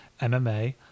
MMA